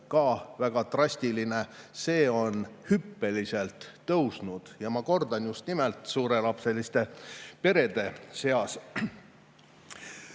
ka väga drastiline, on hüppeliselt tõusnud, ja ma kordan, et just nimelt [palju]lapseliste perede seas.